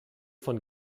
von